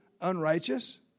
unrighteous